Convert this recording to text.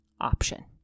option